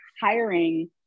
hiring